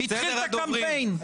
התחיל את הקמפיין.